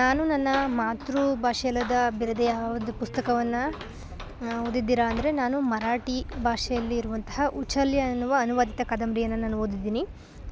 ನಾನು ನನ್ನ ಮಾತೃ ಭಾಷೆಯಲ್ಲದ ಬೇರೆದೆ ಯಾವ್ದು ಪುಸ್ತಕವನ್ನು ಓದಿದ್ದೀರ ಅಂದರೆ ನಾನು ಮರಾಠಿ ಭಾಷೆಯಲ್ಲಿರುವಂತಹ ಉಚಲ್ಯ ಅನ್ನುವ ಅನುವಾದಿತ ಕಾದಂಬರಿಯನ್ನ ನಾನು ಓದಿದಿನಿ